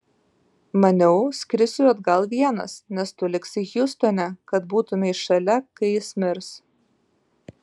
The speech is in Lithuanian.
maniau skrisiu atgal vienas nes tu liksi hjustone kad būtumei šalia kai jis mirs